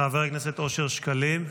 חבר הכנסת אושר שקלים,